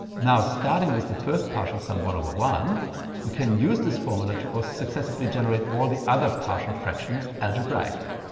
now starting with the first partial sum one over one we can use this formula to also successfully generate all the other partial fractions algebraically.